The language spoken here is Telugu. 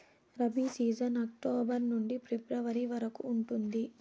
రబీ సీజన్ అక్టోబర్ నుండి ఫిబ్రవరి వరకు ఉంటుంది